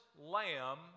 lamb